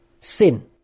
sin